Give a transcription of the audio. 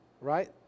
right